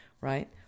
right